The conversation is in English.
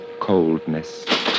coldness